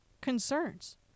concerns